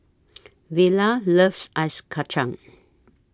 Vella loves Ice Kacang